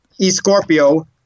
eScorpio